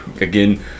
again